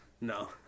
No